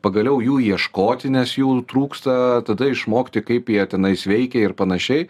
pagaliau jų ieškoti nes jų trūksta tada išmokti kaip jie tenais veikia ir panašiai